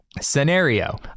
Scenario